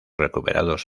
recuperados